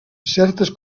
certes